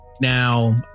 now